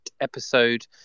episode